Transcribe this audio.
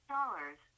Dollars